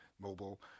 mobile